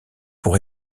pour